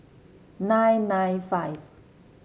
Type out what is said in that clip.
nine nine five